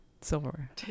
silverware